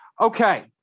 Okay